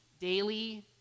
Daily